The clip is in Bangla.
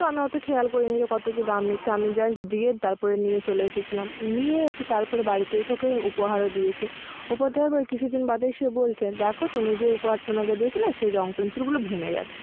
তো আমি অতো খেয়াল করিনি যে কত কি দাম নিচ্ছে আমি জাস্ট দিয়ে তারপরে নিয়ে চলে এসেছিলাম নিয়ে এসে তারপরে বাড়িতে এসে ওকে উপহারও দিয়েছি উপহার দেওয়ার পরে কিছুদিন বাদে এসে বলছে দেখো তুমি যে উপহারটা আমাকে দিয়েছো না সেই রঙ পেনসিলগুলো ভেঙ্গে যাচ্ছে